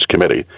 Committee